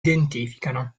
identificano